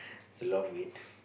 a long wait